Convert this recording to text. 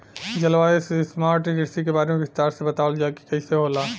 जलवायु स्मार्ट कृषि के बारे में विस्तार से बतावल जाकि कइसे होला?